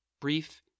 Brief